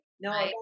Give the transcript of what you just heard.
No